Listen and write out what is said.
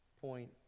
point